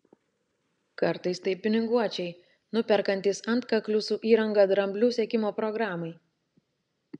kartais tai piniguočiai nuperkantys antkaklių su įranga dramblių sekimo programai